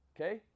Okay